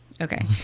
Okay